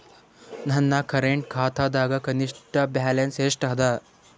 ನನ್ನ ಕರೆಂಟ್ ಖಾತಾದಾಗ ಕನಿಷ್ಠ ಬ್ಯಾಲೆನ್ಸ್ ಎಷ್ಟು ಅದ